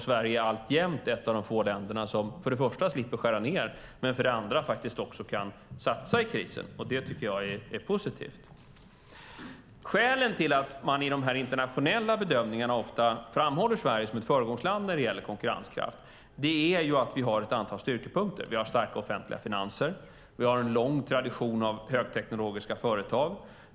Sverige är alltjämt ett av få länder som för det första slipper skära ned och för det andra faktiskt också kan satsa i krisen. Det tycker jag är positivt. Skälen till att man i de internationella bedömningarna ofta framhåller Sverige som ett föregångsland när det gäller konkurrenskraft är att vi har ett antal styrkepunkter. Vi har starka offentliga finanser. Vi har en lång tradition av högteknologiska företag.